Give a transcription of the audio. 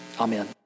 Amen